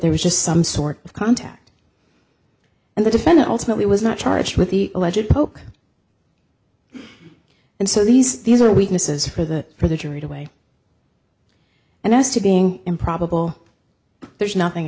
there was just some sort of contact and the defendant ultimately was not charged with the legit poke and so these these are witnesses for the for the jury to weigh and as to being improbable there's nothing